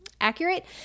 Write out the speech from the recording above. accurate